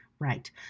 Right